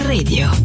Radio